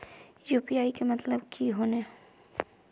UPI के मतलब की होने?